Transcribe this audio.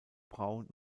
braun